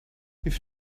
have